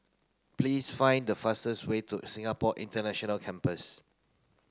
please find the fastest way to Singapore International Campus